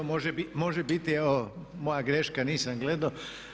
Može biti, evo moja greška, nisam gledao.